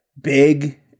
big